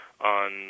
on